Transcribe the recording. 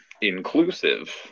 inclusive